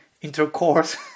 intercourse